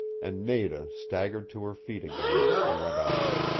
and nada staggered to her feet again and went on.